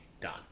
done